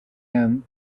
end